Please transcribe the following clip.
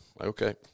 Okay